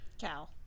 cow